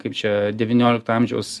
kaip čia devyniolikto amžiaus